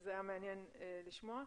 שזה היה מעניין לשמוע.